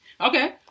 Okay